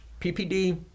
PPD